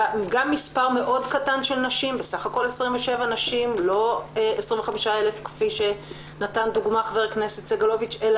מדובר בסך-הכול ב-27 נשים ולא 25,000 כפי שח"כ סגלוביץ נתן דוגמה.